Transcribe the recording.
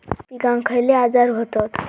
पिकांक खयले आजार व्हतत?